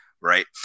Right